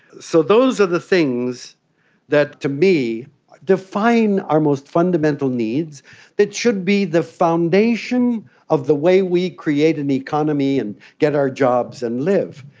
so those are the things that to me define our most fundamental needs that should be the foundation of the way we create an economy and get our jobs and live.